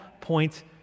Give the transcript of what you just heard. point